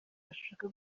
bashaka